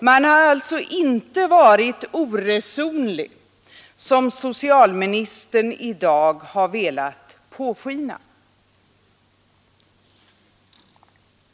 Man har alltså inte varit oresonlig, som socialministern i dag velat låta påskina.